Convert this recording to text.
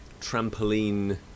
trampoline